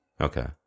Okay